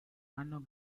anno